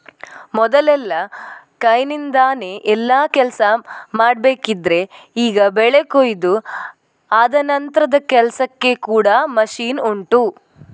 ಮೊದಲೆಲ್ಲ ಕೈನಿಂದಾನೆ ಎಲ್ಲಾ ಕೆಲ್ಸ ಮಾಡ್ಬೇಕಿದ್ರೆ ಈಗ ಬೆಳೆ ಕೊಯಿದು ಆದ ನಂತ್ರದ ಕೆಲ್ಸಕ್ಕೆ ಕೂಡಾ ಮಷೀನ್ ಉಂಟು